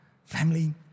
Family